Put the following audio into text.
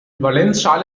valenzschale